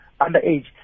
underage